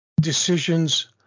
decisions